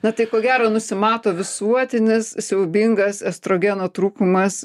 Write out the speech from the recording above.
na tai ko gero nusimato visuotinis siaubingas estrogeno trūkumas